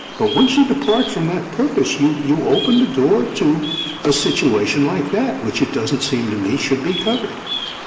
but once you depart from that purpose, you you open the door to a situation like that which, it doesn't seem to me, should be covered.